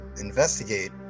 investigate